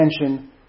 attention